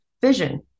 vision